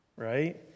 Right